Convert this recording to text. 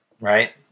Right